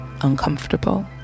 uncomfortable